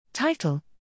Title